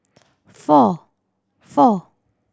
four